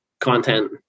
content